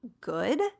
good